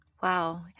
Wow